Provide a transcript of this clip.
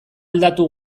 aldatu